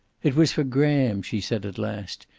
it was for graham, she said at last.